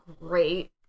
great